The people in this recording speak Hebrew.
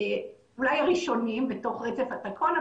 אולי הראשונים בתוך רצף התקון,